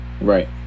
right